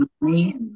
money